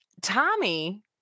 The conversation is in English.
Tommy